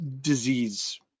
Disease